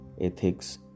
ethics